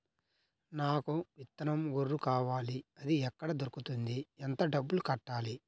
నాకు విత్తనం గొర్రు కావాలి? అది ఎక్కడ దొరుకుతుంది? ఎంత డబ్బులు కట్టాలి?